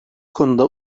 konuda